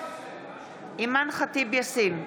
אימאן ח'טיב יאסין,